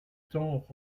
temps